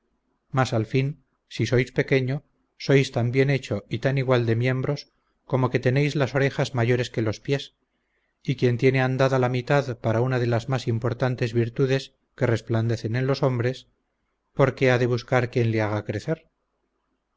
mas al fin si sois pequeño sois tan bien hecho y tan igual de miembros como que tenéis las orejas mayores que los pies y quien tiene andada la mitad para una de las más importantes virtudes que resplandecen en los hombres por qué ha buscar quien le haga crecer